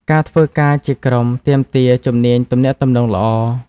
ការធ្វើការជាក្រុមទាមទារ ជំនាញទំនាក់ទំនង ល្អ។